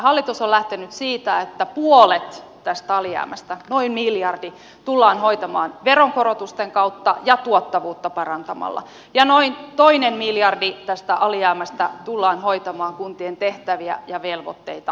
hallitus on lähtenyt siitä että puolet tästä alijäämästä noin miljardi tullaan hoitamaan veronkorotusten kautta ja tuottavuutta parantamalla ja noin toinen miljardi tästä alijäämästä tullaan hoitamaan kuntien tehtäviä ja velvoitteita karsimalla